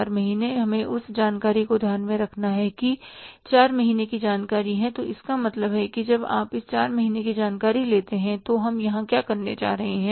4 महीने हमें उस जानकारी को ध्यान में रखना है कि 4 महीने की जानकारी है तो इसका मतलब है कि जब आप इस 4 महीने की जानकारी लेते हैं तो हम यहां क्या करने जा रहे हैं